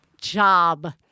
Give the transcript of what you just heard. job